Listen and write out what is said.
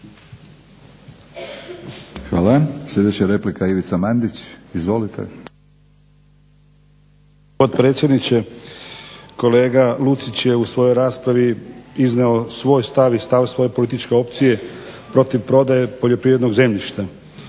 Hvala. Sljedeća replika Ivica Mandić, izvolite. **Mandić, Ivica (HNS)** Gospodine potpredsjedniče, kolega Lucić je u svojoj raspravi izneo svoj stav i stav svoje političke opcije protiv prodaje poljoprivrednog zemljišta